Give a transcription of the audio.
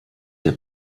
der